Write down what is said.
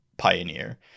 Pioneer